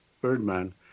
Birdman